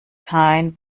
kein